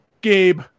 Gabe